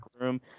room